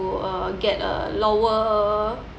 uh get a lower